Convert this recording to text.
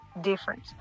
different